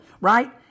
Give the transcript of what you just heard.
Right